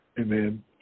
Amen